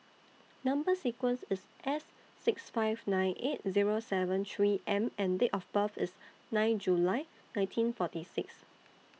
Number sequence IS S six five nine eight Zero seven three M and Date of birth IS nine July nineteen forty six